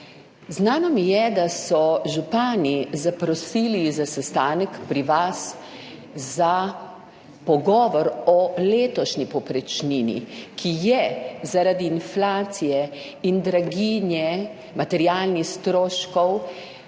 znano mi je, da so župani zaprosili za sestanek pri vas, za pogovor o letošnji povprečnini, ki je zaradi inflacije in draginje materialnih stroškov